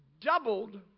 doubled